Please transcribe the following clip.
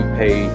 pay